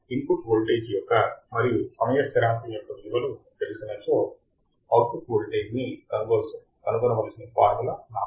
input voltage యొక్క మరియు సమయ స్థిరాంకం యొక్క విలువలు తెలిసినచో అవుట్పుట్ వోల్టేజ్ ని కనుగొనవలసిన ఫార్ములా నాకు తెలుసు